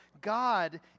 God